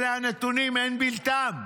אלה הנתונים, אין בלתם,